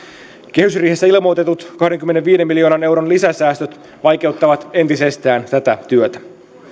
kehysriihessä ilmoitetut kahdenkymmenenviiden miljoonan euron lisäsäästöt vaikeuttavat entisestään tätä työtä